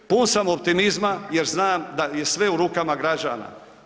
Pun sam optimizma jer znam da je sve u rukama građana.